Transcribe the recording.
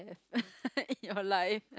in your life